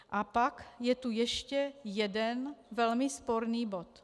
A pak je tu ještě jeden velmi sporný bod.